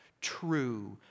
true